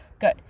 good